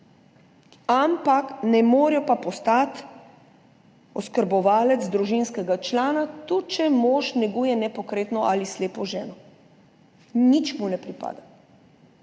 ampak ne morejo pa postati oskrbovalec družinskega člana, tudi če mož neguje nepokretno ali slepo ženo. Nič mu ne pripada!